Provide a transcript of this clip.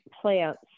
plants